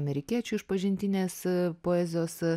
amerikiečių išpažintinės poezijos